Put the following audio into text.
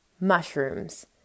mushrooms